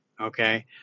Okay